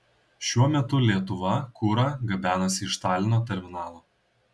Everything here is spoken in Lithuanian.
šiuo metu lietuva kurą gabenasi iš talino terminalo